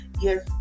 Yes